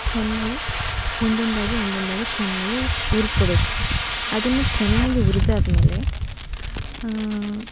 ಚೆನ್ನಾಗಿ ಒಂದೊಂದಾಗಿ ಒಂದೊಂದಾಗಿ ಚೆನ್ನಾಗಿ ಹುರ್ಕೊಬೇಕು ಅದನ್ನು ಚೆನ್ನಾಗಿ ಹುರ್ದಾದ್ಮೇಲೆ ಹಾಂ